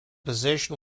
position